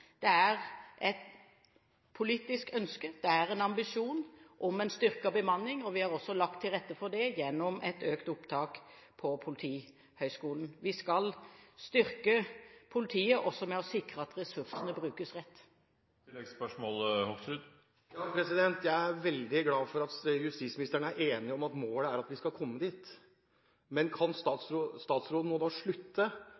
Det er et politisk ønske om, det er en ambisjon om, en styrket bemanning, og vi har også lagt til rette for det gjennom et økt opptak på Politihøgskolen. Vi skal styrke politiet også ved å sikre at ressursene brukes rett. Jeg er veldig glad for at justisministeren er enig i at målet er at vi skal komme dit. Men kan